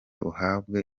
wahawe